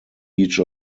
each